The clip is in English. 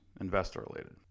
Investor-related